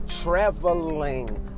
Traveling